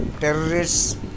terrorists